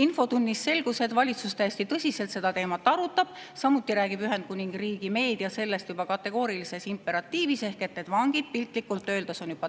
Infotunnis selgus, et valitsus täiesti tõsiselt seda teemat arutab, samuti räägib Ühendkuningriigi meedia sellest juba kategoorilises imperatiivis ehk need vangid piltlikult öeldes on juba teel